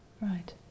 Right